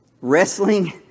Wrestling